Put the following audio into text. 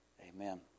Amen